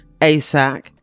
ASAC